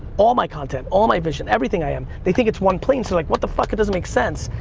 all my content, all my vision, everything i am, they think it's one plane, so, like, what the fuck, it doesn't make sense.